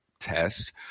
test